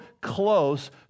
close